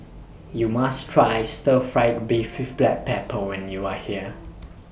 YOU must Try Stir Fried Beef with Black Pepper when YOU Are here